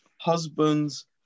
husbands